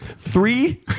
Three